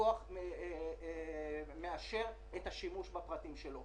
הלקוח מאשר את השימוש בפרטים שלו.